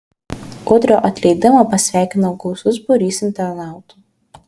udrio atleidimą pasveikino gausus būrys internautų